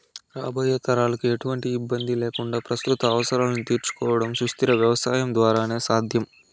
రాబోయే తరాలకు ఎటువంటి ఇబ్బంది లేకుండా ప్రస్తుత అవసరాలను తీర్చుకోవడం సుస్థిర వ్యవసాయం ద్వారానే సాధ్యం